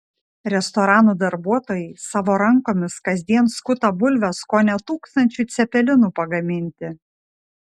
restoranų darbuotojai savo rankomis kasdien skuta bulves kone tūkstančiui cepelinų pagaminti